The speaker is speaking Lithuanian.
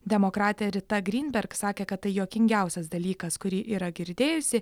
demokratė rita grynberg sakė kad tai juokingiausias dalykas kurį yra girdėjusi